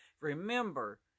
Remember